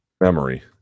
memory